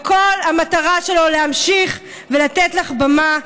וכל המטרה שלו להמשיך ולתת לך במה.